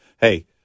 hey